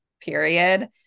period